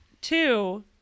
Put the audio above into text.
Two